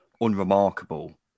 unremarkable